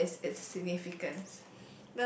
and what is it's significance